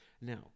Now